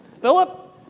Philip